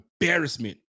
embarrassment